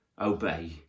obey